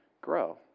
grow